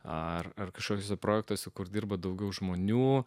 ar ar kažkokiuose projektuose kur dirba daugiau žmonių